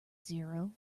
zero